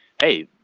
Hey